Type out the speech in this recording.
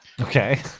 okay